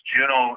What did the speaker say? Juno